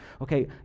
okay